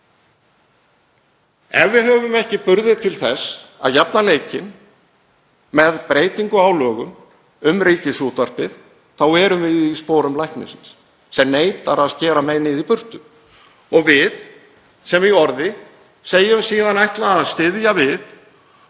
Ef við höfum ekki burði til þess að jafna leikinn með breytingu á lögum um Ríkisútvarpið þá erum við í sporum læknisins sem neitar að skera meinið í burtu og við sem í orði segjumst síðan ætlað að styðja við